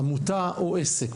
עמותה או עסק,